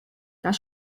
das